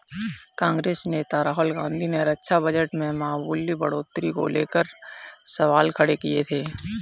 कांग्रेस नेता राहुल गांधी ने रक्षा बजट में मामूली बढ़ोतरी को लेकर सवाल खड़े किए थे